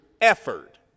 effort